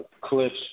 Cliffs